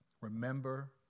remember